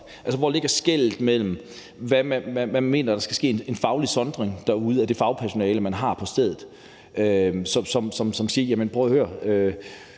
hvor skellet ligger. Altså, der skal ske en faglig sondring derude af det fagpersonale, man har på stedet, og som siger: Jamen prøv at høre,